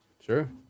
Sure